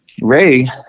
Ray